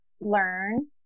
learn